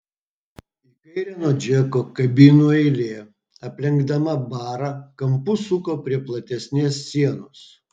į kairę nuo džeko kabinų eilė aplenkdama barą kampu suko prie platesnės sienos